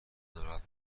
ناراحت